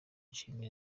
nshimira